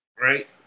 right